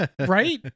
Right